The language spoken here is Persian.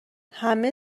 همه